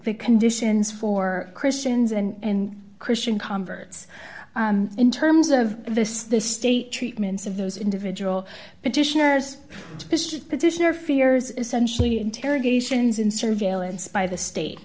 the conditions for christians and christian converts in terms of this the state treatments of those individual petitioners petitioner fears essentially interrogations in surveillance by the state